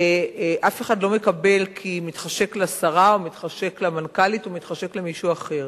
ואף אחד לא מקבל כי מתחשק לשרה או מתחשק למנכ"לית או מתחשק למישהו אחר.